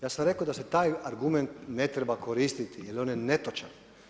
Ja sam rekao da se taj argument ne treba koristiti jer on je netočan.